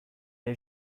est